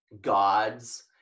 gods